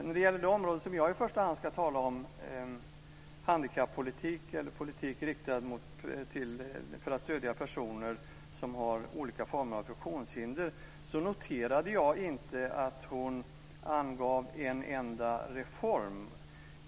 När det gäller det område som jag i första hand ska tala om, handikappolitik eller politik för att stödja personer som har olika former av funktionshinder, så noterade jag inte att Susanne Eberstein angav en enda reform.